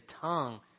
tongue